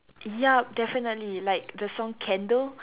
yup definitely like the song candle